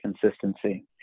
Consistency